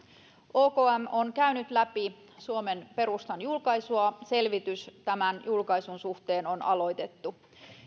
okm on käynyt läpi suomen perustan julkaisua selvitys tämän julkaisun suhteen on aloitettu